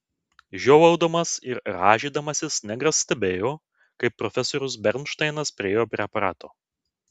žiovaudamas ir rąžydamasis negras stebėjo kaip profesorius bernšteinas priėjo prie aparato